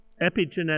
epigenetic